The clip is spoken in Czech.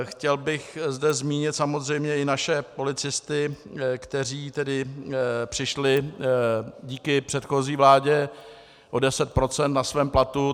Chtěl bych zde zmínit samozřejmě i naše policisty, kteří tedy přišli díky předchozí vládě o 10 % na svém platu.